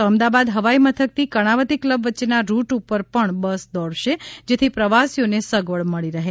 તો અમદાવાદ હવાઈ મથકથી કર્ણાવતી ક્લબ વચ્ચેના રૂટ ઉપર પણ બસ દોડશે જેથી પ્રવાસીઓને સગવડ મળી રહે